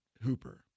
hooper